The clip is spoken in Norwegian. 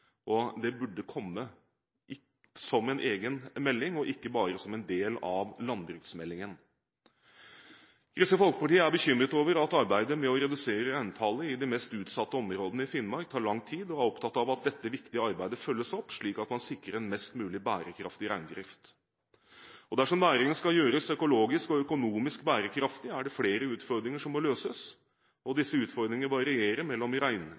burde komme som en egen melding og ikke bare som en del av landbruksmeldingen. Kristelig Folkeparti er bekymret over at arbeidet med å redusere reintallet i de mest utsatte områdene i Finnmark tar lang tid, og vi er opptatt av at dette viktige arbeidet følges opp slik at man sikrer en mest mulig bærekraftig reindrift. Dersom næringen skal gjøres økologisk og økonomisk bærekraftig, er det flere utfordringer som må løses. Disse utfordringene varierer mellom